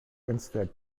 instead